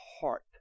heart